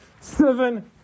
seven